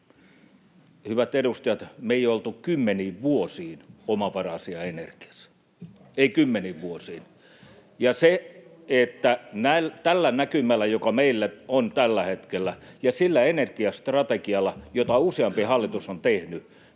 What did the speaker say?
Hyvät edustajat, me ei olla oltu kymmeniin vuosiin omavaraisia energiassa, ei kymmeniin vuosiin. Ja tällä näkymällä, joka meillä on tällä hetkellä, ja sillä energiastrategialla, jota useampi hallitus on tehnyt,